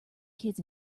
kids